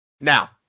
now